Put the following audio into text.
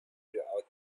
throughout